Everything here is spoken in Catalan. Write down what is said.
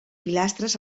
pilastres